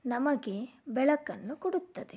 ನಮಗೆ ಬೆಳಕನ್ನು ಕೊಡುತ್ತದೆ